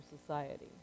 society